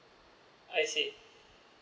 I see